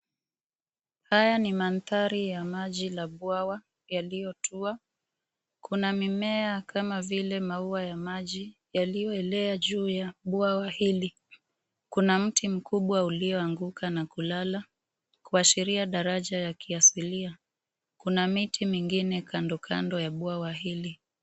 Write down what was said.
Haya ni mandhari ya maji la bwawa yaliyo tua. Kuna mimee kama vile mauaa ya maji yaliyolea juu ya bwawa hili. Kuna mti mkubwa ulioanguka na kulala, kushiria daraja ya kiasilia, kuna miti mingine kandokando la bwawa hili.